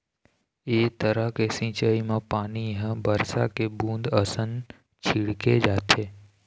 ए तरह के सिंचई म पानी ह बरसा के बूंद असन छिड़के जाथे